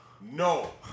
no